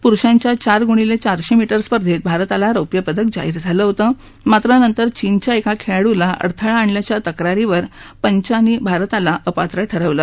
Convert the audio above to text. पुरुषांच्या चार गुणीले चारशे मीटर स्पर्धेत भारताला रौप्यपदक जाहीर झालं होतं मात्र नंतर चीनच्या एका खेळाडूला अडथळा आणल्याच्या तक्रारीवर एका पंचानं भारताला अपात्र ठरवलं